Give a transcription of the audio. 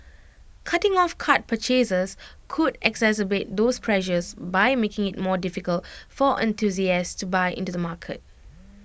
cutting off card purchases could exacerbate those pressures by making IT more difficult for enthusiasts to buy into the market